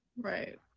right